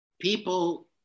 people